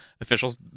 Officials